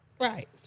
right